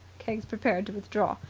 keggs prepared to withdraw.